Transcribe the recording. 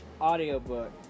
audiobook